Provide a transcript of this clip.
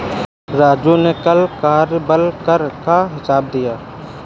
राजू ने कल कार्यबल कर का हिसाब दिया है